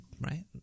right